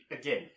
Again